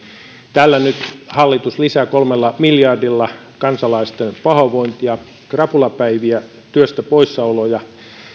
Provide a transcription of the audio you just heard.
tällä nyt hallitus lisää kolmella miljardilla kansalaisten pahoinvointia krapulapäiviä työstä poissaoloja